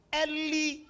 early